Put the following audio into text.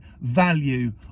value